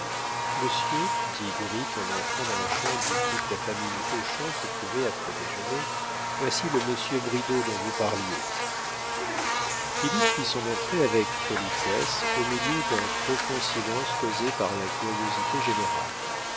monsieur dit gritte en entrant dans la chambre où toute la famille hochon se trouvait après déjeuner voici le monsieur bridau dont vous parliez philippe fit son entrée avec politesse au milieu d'un profond silence causé par la curiosité générale